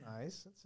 nice